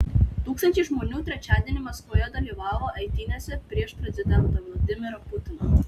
tūkstančiai žmonių trečiadienį maskvoje dalyvavo eitynėse prieš prezidentą vladimirą putiną